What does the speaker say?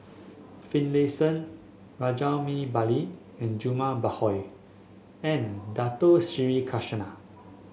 Finlayson Rajabali and Jumabhoy and Dato Sri Krishna